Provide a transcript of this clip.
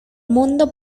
mundo